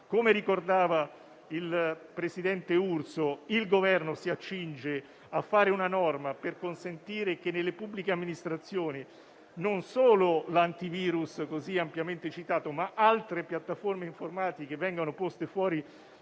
Come ricordava il presidente Urso, il Governo si accinge a fare una norma per consentire che non solo l'antivirus così ampiamente citato, ma anche altre piattaforme informatiche vengano poste fuori